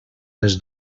les